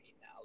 now